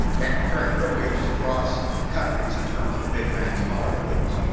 and comparing real wages across countries in terms of big macs along other things.